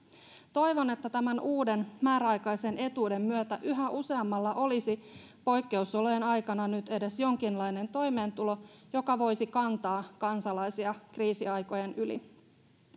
toivon että tämän uuden määräaikaisen etuuden myötä yhä useammalla olisi poikkeusolojen aikana nyt edes jonkinlainen toimeentulo joka voisi kantaa kansalaisia kriisiaikojen yli